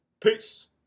Peace